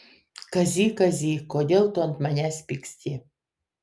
kazy kazy kodėl tu ant manęs pyksti